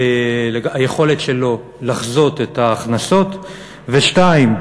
היכולת שלו לחזות את ההכנסות, שנית,